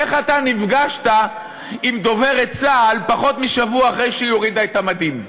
איך אתה נפגשת עם דוברת צה"ל פחות משבוע אחרי שהיא הורידה את המדים?